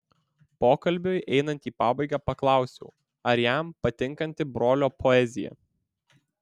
pokalbiui einant į pabaigą paklausiau ar jam patinkanti brolio poezija